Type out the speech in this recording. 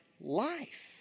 life